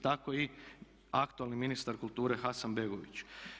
Tako i aktualni ministar kulture Hasanbegović.